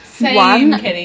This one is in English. one